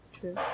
True